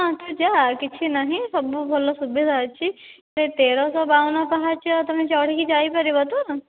ହଁ ତୁ ଯା କିଛି ନାହିଁ ସବୁ ଭଲ ସୁବିଧା ଅଛି ସେ ତେରଶହ ବାଉନ ପାହାଚ ତୁମେ ଚଢ଼ିକି ଯାଇପାରିବ ତ